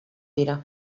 dira